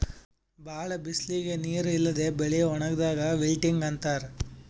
ಭಾಳ್ ಬಿಸಲಿಗ್ ನೀರ್ ಇಲ್ಲದೆ ಬೆಳಿ ಒಣಗದಾಕ್ ವಿಲ್ಟಿಂಗ್ ಅಂತಾರ್